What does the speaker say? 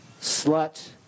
Slut